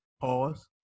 Pause